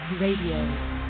Radio